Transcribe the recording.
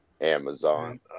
Amazon